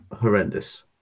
horrendous